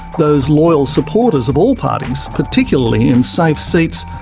those loyal supporters of all parties, particularly in safe seats,